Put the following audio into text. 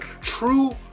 True